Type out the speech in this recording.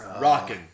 rocking